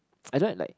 I don't like